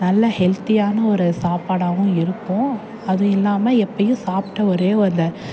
நல்ல ஹெல்த்தியான ஒரு சாப்பாடாகவும் இருக்கும் அது இல்லாமல் எப்பயும் சாப்பிட்ட ஒரே அந்த